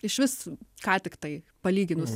išvis ką tiktai palyginus